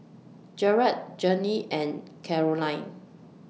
Jarrett Jermey and Carolyn